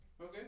Okay